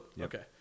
Okay